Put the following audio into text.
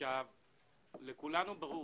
לכולנו ברור